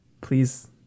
Please